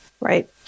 Right